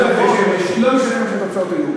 כזה דבר לא תפסו בשום מקום, מה לעשות.